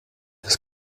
his